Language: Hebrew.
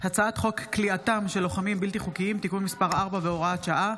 הצעת חוק כליאתם של לוחמים בלתי חוקיים (תיקון מס' 4 והוראת שעה,